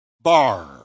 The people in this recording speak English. bar